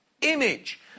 image